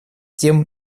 тем